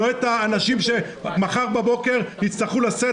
לא את האנשים שמחר בבוקר יצטרכו לשאת